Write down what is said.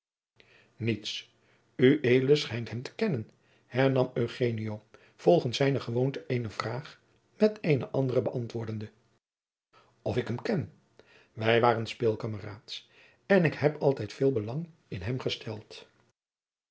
ued schijnt hem te kennen hernam eugenio volgens zijne gewoonte eene vraag met eene andere beantwoordende of ik hem ken wij waren speelkameraads en ik heb altijd veel belang in hem gesteld